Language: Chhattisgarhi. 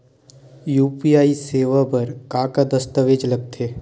यू.पी.आई सेवा बर का का दस्तावेज लगथे?